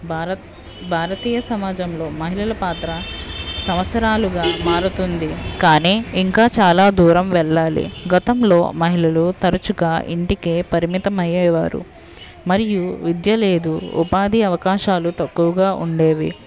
భారత్ భారతీయ సమాజంలో మహిళల పాత్ర సంవత్సరాలుగా మారుతుంది కానీ ఇంకా చాలా దూరం వెళ్ళాలి గతంలో మహిళలు తరచుగా ఇంటికే పరిమితం అయ్యేవారు మరియు విద్య లేదు ఉపాధి అవకాశాలు తక్కువగా ఉండేవి